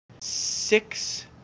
six